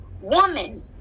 woman